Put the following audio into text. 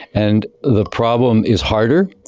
and the problem is harder,